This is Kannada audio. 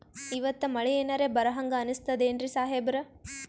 ಇವತ್ತ ಮಳಿ ಎನರೆ ಬರಹಂಗ ಅನಿಸ್ತದೆನ್ರಿ ಸಾಹೇಬರ?